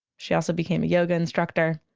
she also became a yoga instructor